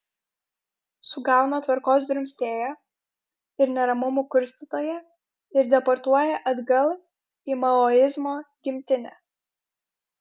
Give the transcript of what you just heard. sugauna tvarkos drumstėją ir neramumų kurstytoją ir deportuoja atgal į maoizmo gimtinę